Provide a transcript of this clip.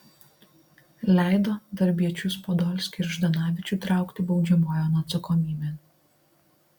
leido darbiečius podolskį ir ždanavičių traukti baudžiamojon atsakomybėn